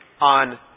on